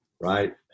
right